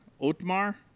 Otmar